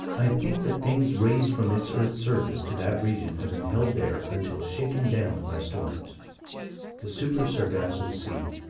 i think that things raised from this earth's surface to that region have been held there until shaken down by storms the super-sargasso sea.